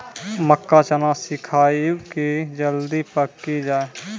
मक्का चना सिखाइए कि जल्दी पक की जय?